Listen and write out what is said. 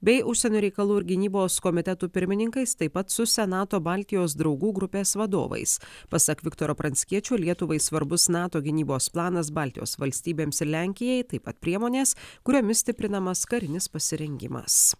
bei užsienio reikalų ir gynybos komitetų pirmininkais taip pat su senato baltijos draugų grupės vadovais pasak viktoro pranckiečio lietuvai svarbus nato gynybos planas baltijos valstybėms ir lenkijai taip pat priemonės kuriomis stiprinamas karinis pasirengimas